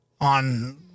on